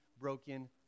broken